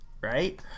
right